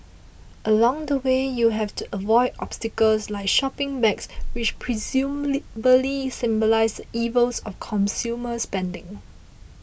along the way you have to avoid obstacles like shopping bags which presumably symbolise the evils of consumer spending